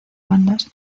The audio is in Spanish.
bandas